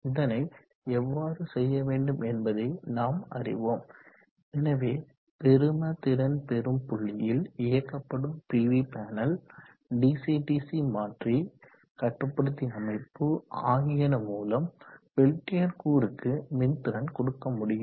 இதனை எவ்வாறு செய்ய வேண்டும் என்பதை நாம் அறிவோம் எனவே பெரும திறன் பெறும் புள்ளியில் இயக்கப்படும் P V panel DC DC மாற்றி கட்டுப்படுத்தி அமைப்பு ஆகியன மூலம் பெல்டியர் கூறுக்கு மின்திறன் கொடுக்க முடியும்